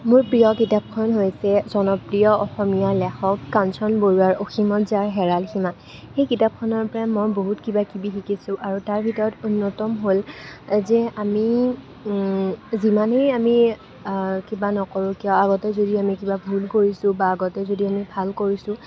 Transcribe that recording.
মোৰ প্ৰিয় কিতাপখন হৈছে জনপ্ৰিয় অসমীয়া লেখক কাঞ্চন বৰুৱাৰ 'অসীমত যাৰ হেৰাল সীমা' সেই কিতাপখনৰ পৰাই মই বহুত কিবা কিবি শিকিছোঁ আৰু তাৰ ভিতৰত অন্যতম হ'ল যে আমি যিমানেই আমি কিবা নকৰোঁ কিয় আগতে যদি আমি কিবা ভুল কৰিছোঁ বা আগতে যদি আমি ভাল কৰিছোঁ